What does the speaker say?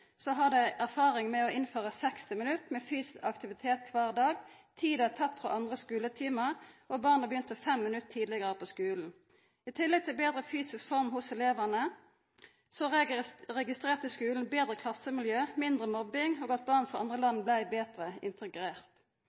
har dei erfaring med å innføra 60 minutt med fysisk aktivitet kvar dag. Tida er tatt av andre skuletimar og gjennom at barna begynte fem minutt tidlegare på skulen. I tillegg til betre fysisk form hos elevane registrerte skulen betre klassemiljø, mindre mobbing og at barn frå andre land blei betre